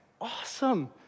awesome